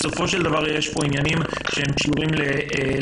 בסופו של דבר יש פה עניינים שקשורים לתרבות,